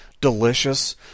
delicious